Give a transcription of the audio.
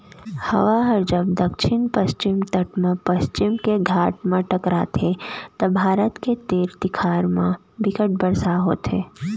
हवा ह जब दक्छिन पस्चिम तट म पस्चिम के घाट म टकराथे त भारत के तीर तखार म बिक्कट बरसा होथे